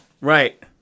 Right